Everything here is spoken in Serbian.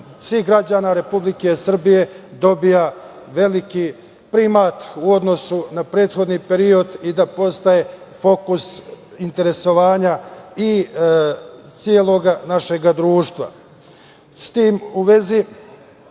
svih građana Republike Srbije dobija veliki primat u odnosu na prethodni period i da postaje fokus interesovanja i celog našeg društva.S tim u vezi,